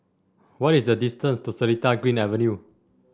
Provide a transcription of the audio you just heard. what is the distance to Seletar Green Avenue